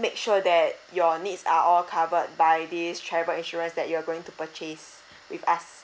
make sure that your needs are all covered by this travel insurance that you're going to purchase with us